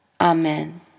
Amen